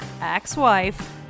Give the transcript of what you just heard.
ex-wife